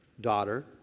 daughter